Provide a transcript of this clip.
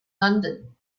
london